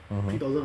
mmhmm